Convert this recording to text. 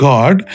God